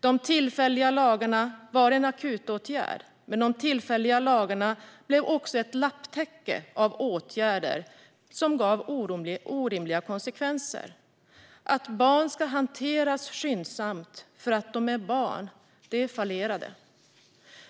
De tillfälliga lagarna var en akutåtgärd, men de tillfälliga lagarna blev också ett lapptäcke av åtgärder som gav orimliga konsekvenser. Principen att barns ansökningar ska hanteras skyndsamt för att de rör barn fallerade.